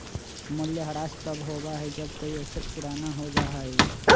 मूल्यह्रास तब होबा हई जब कोई एसेट पुराना हो जा हई